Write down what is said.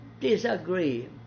disagree